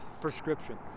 prescription